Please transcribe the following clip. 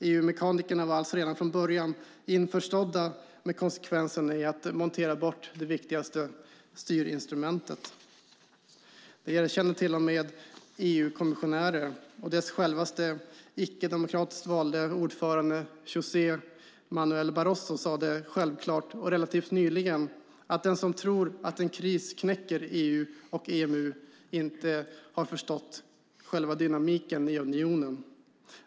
EU-mekanikerna var alltså redan från början införstådda med konsekvensen av att montera bort det viktigaste styrinstrumentet. Detta erkänner till och med EU-kommissionärer, och självaste icke-demokratiskt valde ordföranden José Manuel Barroso sade självklart och relativt nyligen att den som tror att en kris knäcker EU och EMU inte har förstått själva dynamiken i unionen.